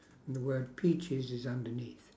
the word peaches is underneath